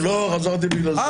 אמרנו להם: עשיתם לנו שנה שבה